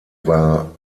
war